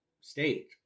state